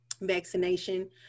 vaccination